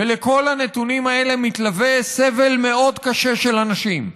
ולכל הנתונים האלה מתלווה סבל מאוד קשה של אנשים.